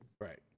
Right